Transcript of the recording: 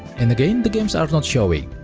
and again, the games are not showing.